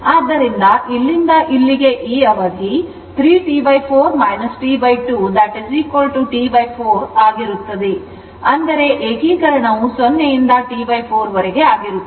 ಆದ್ದರಿಂದ ಇಲ್ಲಿಂದ ಇಲ್ಲಿಗೆ ಈ ಅವಧಿ 3 T 4 T 2 T 4 ಆಗಿರುತ್ತದೆ ಅಂದರೆ ಏಕೀಕರಣವು 0 ಯಿಂದ T 4 ವರೆಗೆ ಆಗಿರುತ್ತದೆ